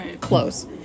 close